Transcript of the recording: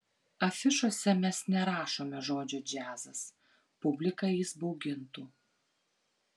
afišose mes nerašome žodžio džiazas publiką jis baugintų